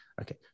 okay